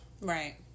Right